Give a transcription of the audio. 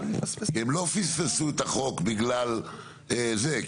הם לא פספסו את החוק בגלל זה,